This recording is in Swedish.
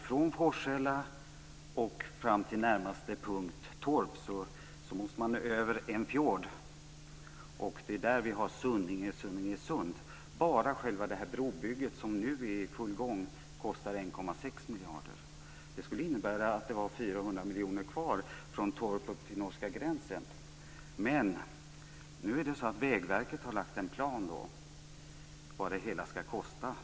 Från Forshälla och fram till närmaste punkt, Torp, måste man ta sig över en fjord. Där finns Sunninge och Sunninge sund. Bara det brobygge som nu är i full gång kostar 1,6 miljarder. Det skulle innebära att 400 miljoner kronor finns kvar för sträckan från Torp upp till norska gränsen. Vägverket har lagt fast en plan för vad hela kalaset skall kosta.